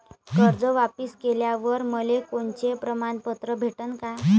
कर्ज वापिस केल्यावर मले कोनचे प्रमाणपत्र भेटन का?